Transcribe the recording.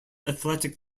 athletic